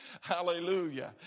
Hallelujah